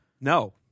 No